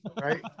right